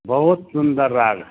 बहुत सुन्दर राग